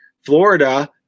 Florida